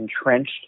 entrenched